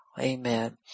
Amen